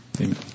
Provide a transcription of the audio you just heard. Amen